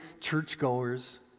churchgoers